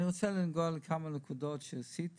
אני רוצה לגעת בכמה נקודות על דברים שעשיתי